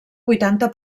vuitanta